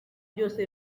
byose